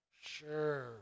sure